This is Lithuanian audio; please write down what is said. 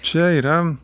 čia yra